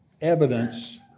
evidence